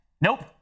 nope